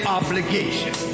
obligation